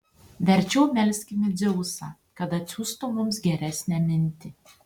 verčiau melskime dzeusą kad atsiųstų mums geresnę mintį